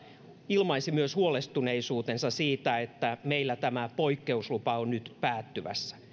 ilmaisi huolestuneisuutensa siitä että meillä tämä poikkeuslupa on nyt päättymässä